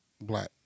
black